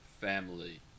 family